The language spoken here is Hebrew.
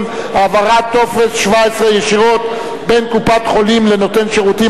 העברת טופס 17 ישירות בין קופת-החולים לנותן שירותים),